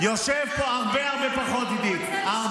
אתה רוצה שאני אספר לך כמה כספים קואליציוניים היו בממשלה הקודמת?